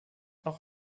auch